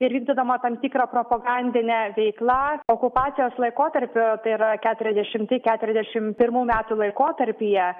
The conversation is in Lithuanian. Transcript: ir vykdydama tam tikrą propagandinę veiklą okupacijos laikotarpiu tai yra keturiasdešimti keturiasdešimt pirmų metų laikotarpyje